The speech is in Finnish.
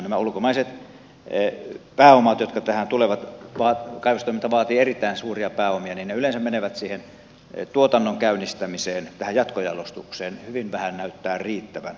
nämä ulkomaiset pääomat jotka tähän tulevat kaivostoiminta vaatii erittäin suuria pääomia yleensä menevät siihen tuotannon käynnistämiseen tähän jatkojalostukseen hyvin vähän näyttää riittävän